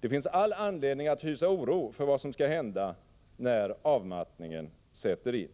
Det finns all anledning att hysa oro för vad som skall hända när avmattningen sätter in.